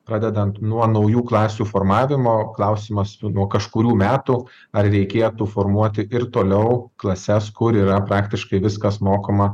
pradedant nuo naujų klasių formavimo klausimas nuo kažkurių metų ar reikėtų formuoti ir toliau klases kur yra praktiškai viskas mokoma